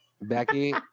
Becky